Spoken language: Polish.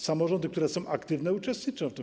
Samorządy, które są aktywne, uczestniczą w tym.